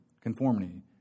conformity